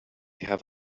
have